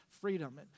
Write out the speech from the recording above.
freedom